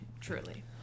truly